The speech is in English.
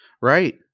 Right